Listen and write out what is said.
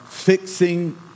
fixing